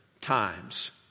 times